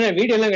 video